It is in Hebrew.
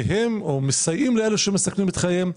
או מסייעים לאלה שמסכנים את חייהם,